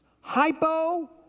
Hypo